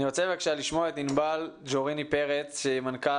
אני רוצה